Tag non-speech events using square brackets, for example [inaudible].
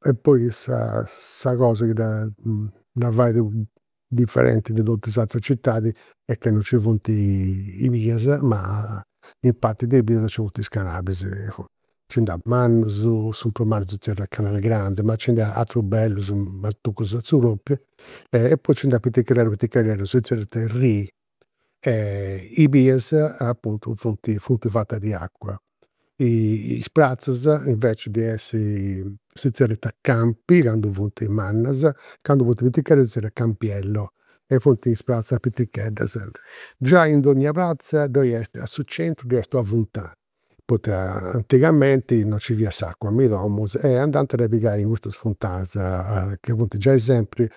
e poi sa sa cosa chi dda fait differentis de totus is ateras citadis est ca non nci funt i bias ma in parti de i' bias nci funt is canalis. Nci nd'at mannus, su prus mannu si zerriat canal grande ma nci nd'est [unintelligible] bellus, matucus a su propriu, e poi nci nd'at piticheddedus piticheddedus, si zerriant rii. I' bias apuntu funt [hesitation] funt fatas de acua, is pratzas [unintelligible] di essi, si zerriant campi candu funt mannas, candu funt piticheddas si zerriant campiello, e funt is pratzas piticheddas. Giai in donnia pratza ddoi est a su centru ddoi est una funtana, poita antigamenti [unintelligible] fiat s'acua me i' domus e andant a dda pigai me in custas funtanas chi funt giai sempri